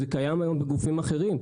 זה קיים היום בגופים אחרים.